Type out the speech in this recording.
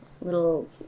little